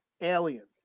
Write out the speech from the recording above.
aliens